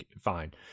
fine